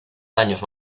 daños